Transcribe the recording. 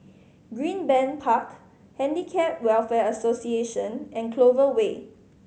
Greenbank Park Handicap Welfare Association and Clover Way